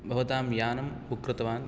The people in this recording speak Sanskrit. भवतां यानं बुक् कृतवान्